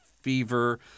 fever